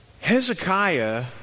Hezekiah